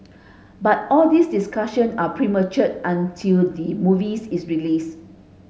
but all these discussion are premature until the movie is released